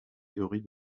théorie